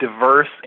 diverse